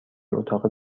اتاق